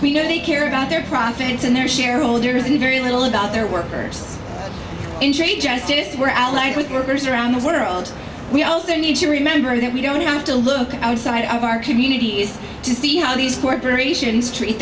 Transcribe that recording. we know they care about their profits and their shareholders and very little about their workers injury justice were allied with workers around the world we also need to remember that we don't have to look outside of our communities to see how these corporations treat